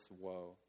woe